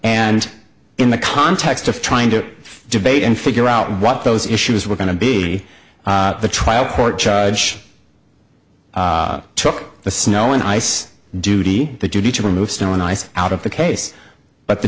and in the context of trying to debate and figure out what those issues were going to be the trial court judge took the snow and ice duty the duty to remove snow and ice out of the case but the